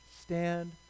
stand